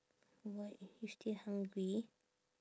what you still hungry